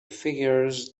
figures